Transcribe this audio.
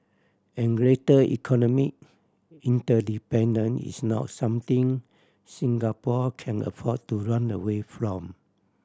and greater economic interdependence is not something Singapore can afford to run away from